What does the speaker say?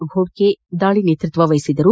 ಘೋಡಕೆ ದಾಳಿ ನೇತೃತ್ವವನ್ನು ವಹಿಸಿದ್ದರು